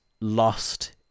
lost